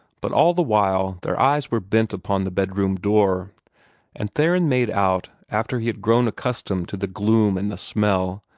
but all the while their eyes were bent upon the bedroom door and theron made out, after he had grown accustomed to the gloom and the smell,